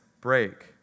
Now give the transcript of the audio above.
break